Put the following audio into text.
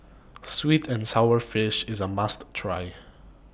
Sweet and Sour Fish IS A must Try